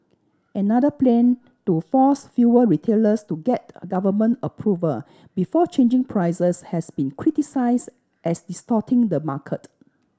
another plan to force fuel retailers to get government approval before changing prices has been criticised as distorting the market